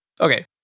Okay